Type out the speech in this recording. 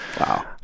wow